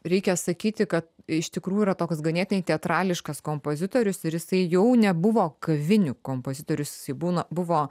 reikia sakyti kad iš tikrųjų yra toks ganėtinai teatrališkas kompozitorius ir jisai jau nebuvo kavinių kompozitorius jisai būna buvo